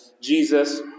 Jesus